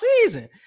season